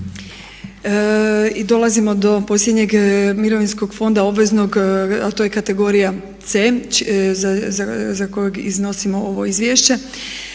I dolazimo do posljednjeg mirovinskog fonda obveznog a to je kategorija C za kojeg iznosimo ovo izvješće.